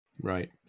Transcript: Right